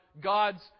God's